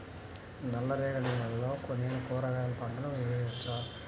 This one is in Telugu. నల్ల రేగడి నేలలో నేను కూరగాయల పంటను వేయచ్చా?